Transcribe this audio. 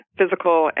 physical